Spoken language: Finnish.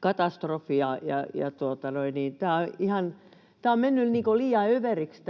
katastrofi. Tämä tuottajien syyllistäminen on mennyt liian överiksi.